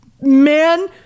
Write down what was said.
man